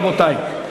רבותי.